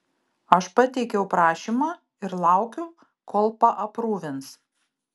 aš pateikiau prašymą ir laukiu kol paaprūvins